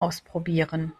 ausprobieren